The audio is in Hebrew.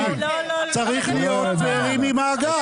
צריך להיות פיירים עם האגף.